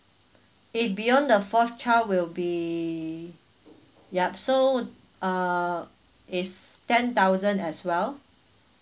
if beyond the fourth child will be yup so uh if ten thousand as well